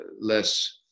less